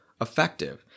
effective